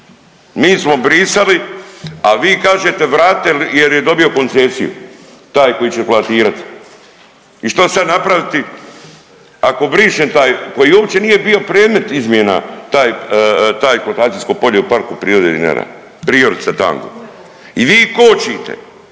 Mi smo brisali, a vi kažete, vratite jer je dobio koncesiju taj koji će eksploatirati. I što sad napraviti? Ako briše taj koji uopće nije predmet izmjena, taj, eksploatacijsko polje u Parku prirode Dinara, .../Govornik se